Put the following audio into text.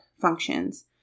functions